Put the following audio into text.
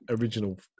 original